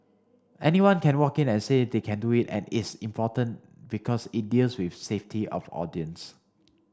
anyone can walk in and say they can do it and it's important because it deals with safety of audience